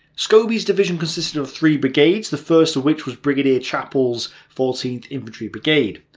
scobie's division consisted of three brigades, the first of which was brigadier chappel's fourteenth infantry brigade.